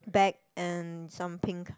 bag and some pink